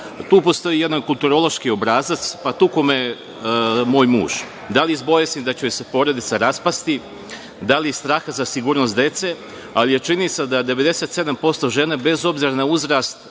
tu postoji jedan kulturološki obrazac – tukao me je moj muž, da li iz bojazni da će joj se porodica raspasti, da li iz straha za sigurnost dece, ali je činjenica da 97% žena, bez obzira na uzrast,